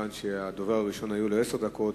מכיוון שלדובר הראשון היו עשר דקות,